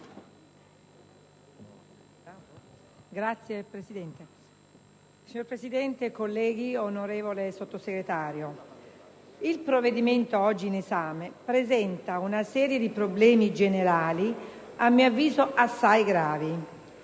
*(IdV)*. Signor Presidente, colleghi, onorevole Sottosegretario, il provvedimento oggi in esame presenta una serie di problemi generali a mio avviso assai gravi.